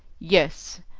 yes,